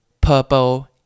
purple